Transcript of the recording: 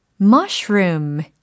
Mushroom